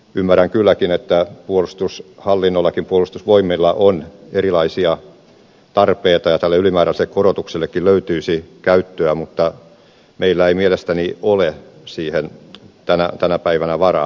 ymmärrän kylläkin että puolustushallinnollakin puolustusvoimilla on erilaisia tarpeita ja tälle ylimääräiselle korotuksellekin löytyisi käyttöä mutta meillä ei mielestäni ole siihen tänä päivänä varaa